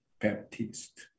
Baptist